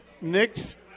Nick's